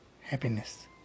happiness